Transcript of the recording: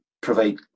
provide